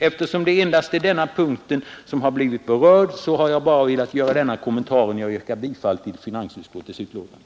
Eftersom det endast är denna punkt som har blivit berörd, har jag bara velat göra denna kommentar. Jag yrkar bifall till finansutskottets hemställan.